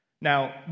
Now